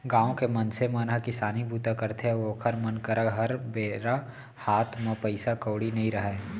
गाँव के मनसे मन ह किसानी बूता करथे अउ ओखर मन करा हर बेरा हात म पइसा कउड़ी नइ रहय